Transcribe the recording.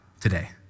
today